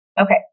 Okay